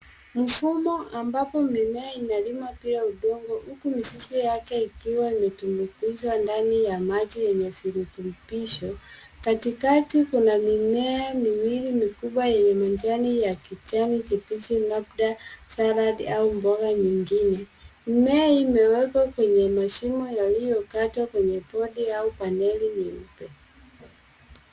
Mfumo ambapo mimea inalimwa bila udongo huku mizizi yake ikiwa imetumbukizwa ndani ya maji yenye virutubisho. Katikati kuna mimea miwili mikubwa yenye majani ya kijani kibichi labda salad au mboga nyingine. Mimea hii imewekwa kwenye mashimo yaliyokatwa kwenye podi au paneli.